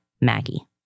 Maggie